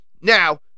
Now